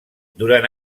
durant